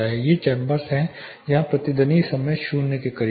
ये चैंबर हैं जहां प्रतिध्वनि समय 0 के करीब है